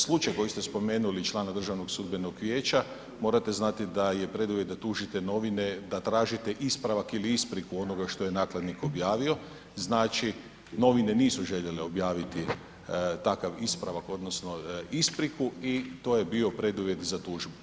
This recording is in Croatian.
Slučaj koji ste spomenuli člana DSV-a morate znati da je preduvjet da tužite novine, da tražite ispravak ili ispriku onoga što je nakladnik objavio, znači novine nisu željele objaviti takav ispravak odnosno ispriku i to je bio preduvjet za tužbu.